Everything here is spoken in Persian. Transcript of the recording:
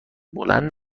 بلند